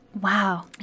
Wow